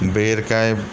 Verka ਏ